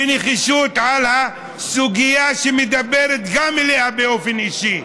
בנחישות, על הסוגיה, שמדברת אליה גם באופן אישי.